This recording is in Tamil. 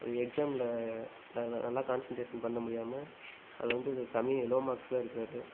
அது எக்ஸாம்மில் நல்ல நல்லா கான்செண்ட்ரேஷன் பண்ண முடியாம அதில் வந்து கம்மி லோ மார்க்ஸ் தான் எடுக்குறார்